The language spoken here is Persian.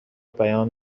بیان